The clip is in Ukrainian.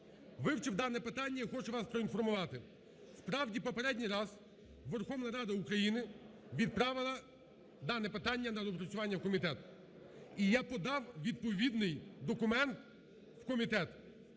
вивчив дане питання і хочу вас проінформувати. Справді, в попередній раз Верховна Рада України відправила дане питання на доопрацювання в комітет. І я подав відповідний документ у комітет.